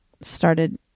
Started